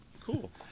Cool